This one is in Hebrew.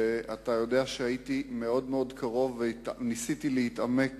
ואתה יודע שהייתי מאוד-מאוד קרוב, וניסיתי להתעמק